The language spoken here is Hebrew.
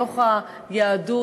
בתוך היהדות,